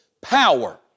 power